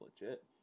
legit